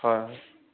হয়